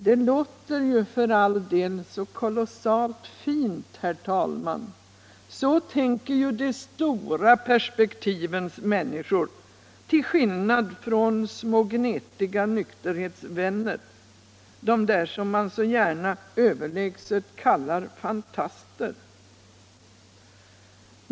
Detta låter för all del så kolossalt fint, herr talman; så talar ju de stora perspektivens människor, till skillnad från små gnetiga nykterhetsvänner, de där som man så gärna överlägset kallar fantaster.